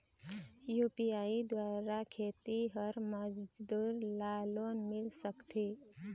UPI द्वारा खेतीहर मजदूर ला लोन मिल सकथे?